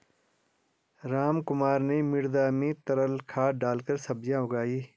रामकुमार ने मृदा में तरल खाद डालकर सब्जियां उगाई